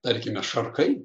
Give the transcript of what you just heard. tarkime šarkai